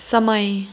समय